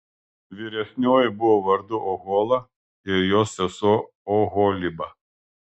vyresnioji buvo vardu ohola ir jos sesuo oholiba